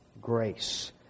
grace